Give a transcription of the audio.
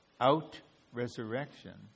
out-resurrection